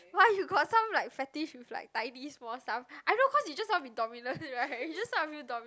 why you got some like fetish with like tidy small stuff I know cause you just want to be dominant right you just want to feel dominant